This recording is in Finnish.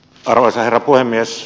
arvoisa herra puhemies